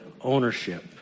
ownership